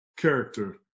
character